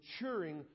maturing